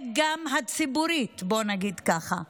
גם הציבורית, בואו נגיד ככה.